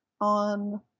on